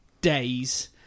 days